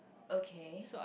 okay